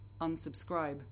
unsubscribe